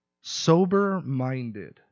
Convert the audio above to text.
Sober-minded